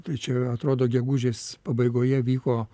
tai čia atrodo gegužės pabaigoje vyko